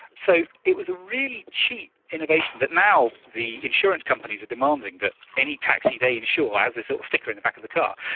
so it was a really cheap innovation, and but now the insurance companies are demanding that any taxi they insure has this little sticker in the back of the car.